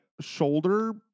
shoulder